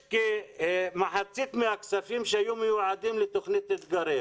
כמחצית מהכספים שהיו מיועדים לתוכנית אתגרים